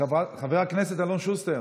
חבר הכנסת אלון שוסטר.